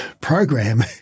program